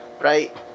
right